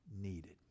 needed